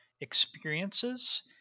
experiences